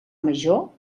major